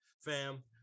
fam